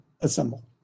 assemble